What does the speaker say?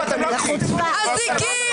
אזיקים,